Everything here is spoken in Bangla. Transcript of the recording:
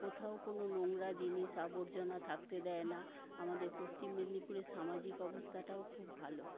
কোথাও কোনো নোংরা জিনিস আবর্জনা থাকতে দেয় না আমাদের পশ্চিম মেদিনীপুরের সামাজিক অবস্থাটাও খুব ভালো